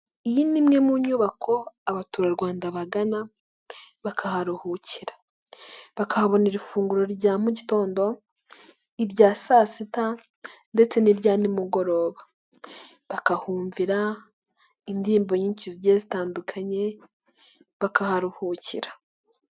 Iyi ni imwe mu nyubako abaturarwanda bagana bakaharuhukira, bakahabonera ifunguro rya mu gitondo, irya saa sita ndetse n'irya nimugoroba, bakahumvira indirimbo nyinshi zigiye zitandukanye, bakaharuhukira.